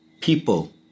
people